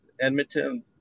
Edmonton